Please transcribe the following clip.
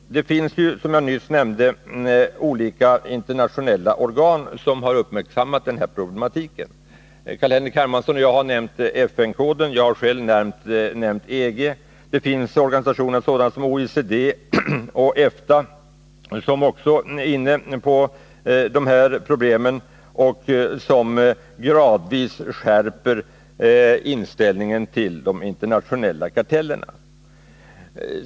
Det finns, som jag nyss nämnde, olika internationella organ som har uppmärksammat den här problematiken. Carl-Henrik Hermansson och jag har nämnt FN-koden. Jag har själv nämnt EG. Även sådana organisationer som OECD och EFTA är inne på de här problemen och skärper gradvis inställningen till de internationella kartellerna.